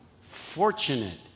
fortunate